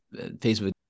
Facebook